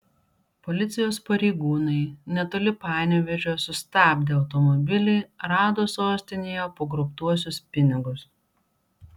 policijos pareigūnai netoli panevėžio sustabdę automobilį rado sostinėje pagrobtuosius pinigus